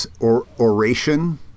oration